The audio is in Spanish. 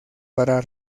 para